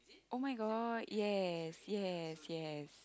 oh-my-god yes yes yes